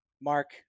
Mark